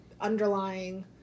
underlying